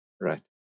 Right